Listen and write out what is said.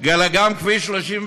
אלא גם את כביש 38,